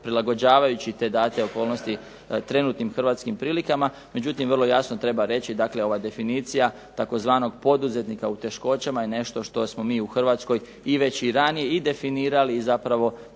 prilagođavajući te date okolnosti trenutnim hrvatskim prilikama. Međutim vrlo jasno treba reći, dakle ova definicija tzv. poduzetnika u teškoćama je nešto što smo mi u Hrvatskoj ve i ranije definirali i zapravo